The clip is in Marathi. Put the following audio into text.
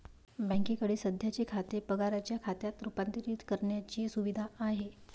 बँकेकडे सध्याचे खाते पगाराच्या खात्यात रूपांतरित करण्याची सुविधा आहे